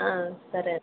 సరే అండి